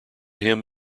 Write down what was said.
him